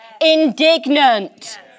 indignant